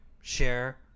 share